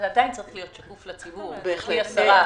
זה עדיין צריך להיות שקוף לציבור, גברתי השרה.